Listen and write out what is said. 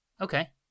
Okay